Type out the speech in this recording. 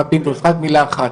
רק מילה אחת,